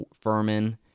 Furman